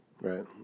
Right